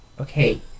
okay